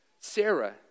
Sarah